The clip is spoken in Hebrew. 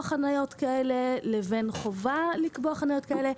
חניות כאלה לבין חובה לקבוע חניות כאלה.